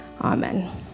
Amen